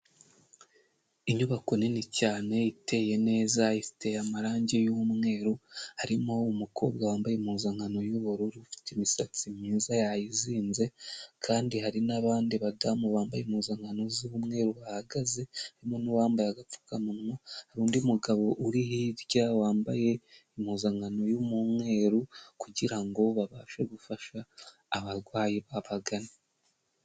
Inyubako nini cyane iteye neza ifite amarange y'umweru, harimo umukobwa wambaye impuzankano y'ubururu, ufite imisatsi myiza yayizinze kandi hari n'abandi badamu bambaye impuzankano z'umweru bahagaze, harimo n'uwambaye agapfukamunwa, hari undi mugabo uri hirya wambaye impuzankano urimo umweruru kugira ngo babashe gufasha abarwayi abagana.